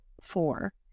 four